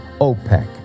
OPEC